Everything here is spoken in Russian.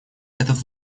этот